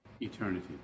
Eternity